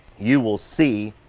you will see,